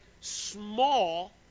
small